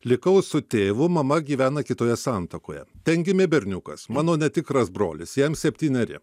likau su tėvu mama gyvena kitoje santuokoje ten gimė berniukas mano netikras brolis jam septyneri